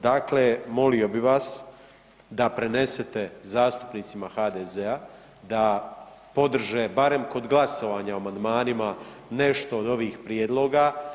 Dakle, molio bi vas da prenesete zastupnicima HDZ-a da podrže barem kod glasovanja o amandmanima nešto od ovih prijedloga.